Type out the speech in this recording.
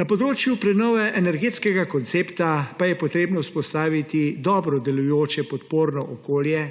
Na področju prenove energetskega koncepta pa je potrebno vzpostaviti dobro delujoče podporno okolje,